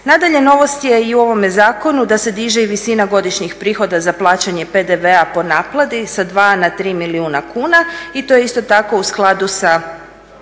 Nadalje, novost je i u ovome zakonu da se diže i visina godišnjih prihoda za plaćanje PDV-a po naplati sa 2 na 3 milijuna kuna i to je isto tako u skladu sa